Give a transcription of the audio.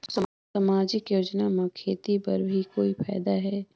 समाजिक योजना म खेती बर भी कोई फायदा है?